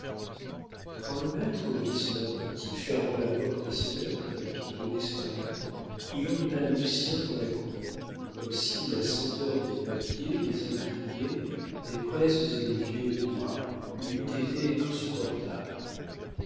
quand le maître vit son apprenti fermant la porte à sonnette qui donnait sur la rue il emmena lucien dans la cour comme si la senteur des papiers des encriers des presses et des vieux bois lui eût été insupportable